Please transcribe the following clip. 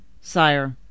sire